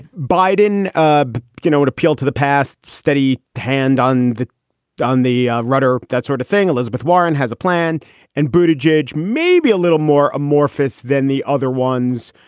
biden um you know what? appeal to the past. steady hand on the down, the rudder, that sort of thing. elizabeth warren has a plan and buti jej maybe a little more amorphous than the other ones.